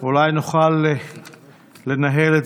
זה שאורבך שם בוועדות ומתוך עשרה נותן לליכוד אחד,